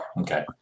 Okay